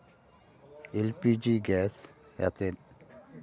L P G gas ᱟᱛᱮᱫ